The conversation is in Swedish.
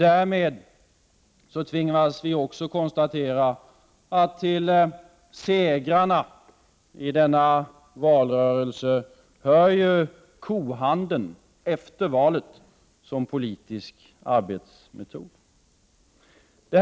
Därmed tvingas vi också konstatera att kohandeln som politisk arbetsmetod efter valet hör till segrarna i detta val.